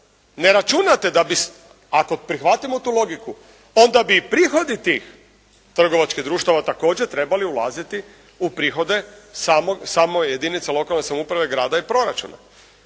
ne računate da bi, ako prihvatimo tu logiku, onda bi i prihodi tih trgovačkih društava također trebali ulaziti u prihode samoj jedinici lokalne samouprave, grada i proračuna.